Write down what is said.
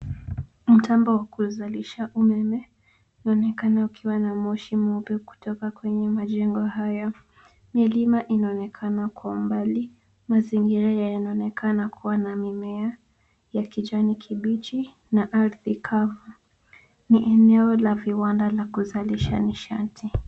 Mtambo wa kuzalisha umeme unaonekana ukiwa na moshi mweupe kutoka kwenye majengo hayo. Milima inaonekana kwa mbali, mazingira inaonekana kuwa na mimea ya kijani kibichi na ardhi kavu. Ni eneo la viwanda la kuzalisha nishati